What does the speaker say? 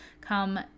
come